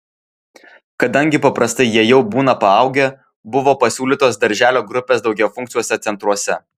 kadangi paprastai jie jau būna paaugę buvo pasiūlytos darželio grupės daugiafunkciuose centruose